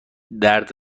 درد